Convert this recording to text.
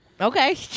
Okay